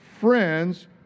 friends